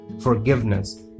forgiveness